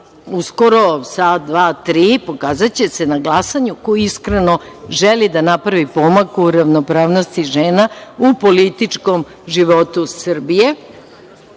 uskoro, sat, dva, tri, pokazaće se na glasanju ko iskreno želi da napravi pomak u ravnopravnosti žena, u političkom životu Srbije,